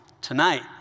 tonight